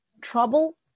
trouble